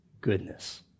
goodness